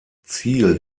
ziel